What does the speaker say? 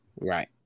Right